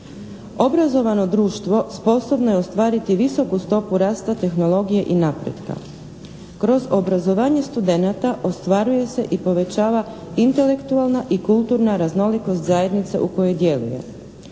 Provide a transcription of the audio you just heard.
Obrazovano društvo sposobno je ostvariti visoku stopu rasta tehnologije i napretka. Kroz obrazovanje studenata ostvaruje se i povećava intelektualna i kulturna raznolikost zajednice u kojoj djeluje.